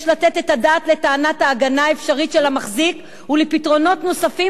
לתת את הדעת לטענות ההגנה האפשרית של המחזיק ולפתרונות נוספים,